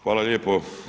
Hvala lijepo.